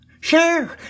Share